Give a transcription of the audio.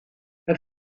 het